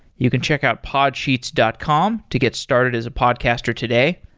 you can check out podsheets dot com to get started as a podcaster today.